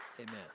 Amen